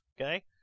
okay